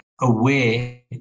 aware